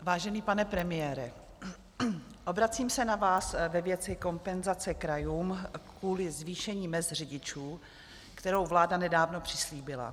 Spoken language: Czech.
Vážený pane premiére, obracím se na vás ve věci kompenzace krajům kvůli zvýšení mezd řidičů, kterou vláda nedávno přislíbila.